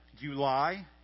July